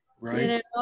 Right